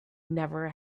never